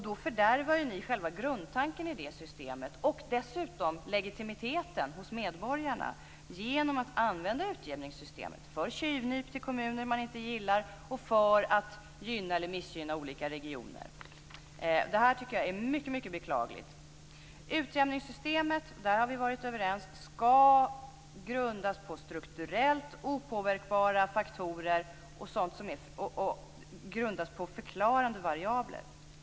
Ni fördärvar ju själva grundtanken i det systemet och dessutom legitimiteten när det gäller medborgarna genom att använda utjämningssystemet för tjuvnyp på kommuner som man inte gillar och för att gynna eller missgynna olika regioner. Det här tycker jag är mycket beklagligt. Utjämningssystemet ska - det har vi varit överens om - grundas på strukturellt opåverkbara faktorer och förklarande variabler.